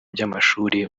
by’amashuri